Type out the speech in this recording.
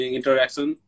interaction